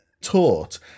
taught